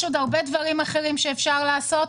יש עוד הרבה דברים שאפשר לעשות.